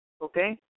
Okay